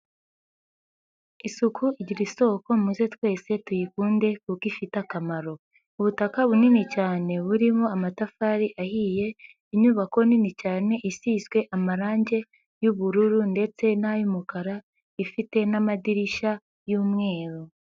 Isuku igira isoko muze twese tuyikunde kuko ifite akamaro, ubutaka bunini cyane burimo amatafari ahiye, inyubako nini cyane isiswe amarangi y'ubururu ndetse n'ay'umukara ifite n'amadirishya y'umweru.